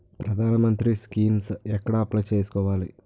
ప్రధాన మంత్రి స్కీమ్స్ ఎక్కడ అప్లయ్ చేసుకోవాలి?